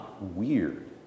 weird